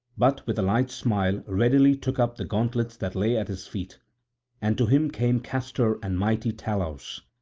but with a light smile readily took up the gauntlets that lay at his feet and to him came castor and mighty talaus,